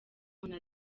umuntu